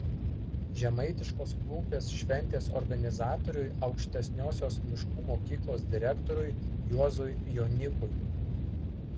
žemaitiškos klumpės šventės organizatoriui aukštesniosios miškų mokyklos direktoriui juozui jonikui